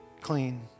clean